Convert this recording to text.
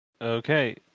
Okay